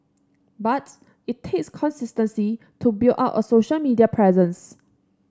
but it takes consistency to build up a social media presence